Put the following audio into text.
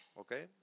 okay